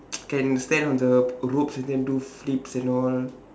can stand on the ropes and then do flips and all